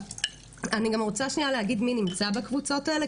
אני גם רוצה להגיד מי נמצא בקבוצות האלה,